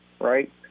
right